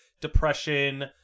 depression